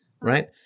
right